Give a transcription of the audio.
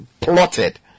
plotted